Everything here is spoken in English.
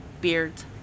Beard's